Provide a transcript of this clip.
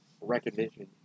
recognition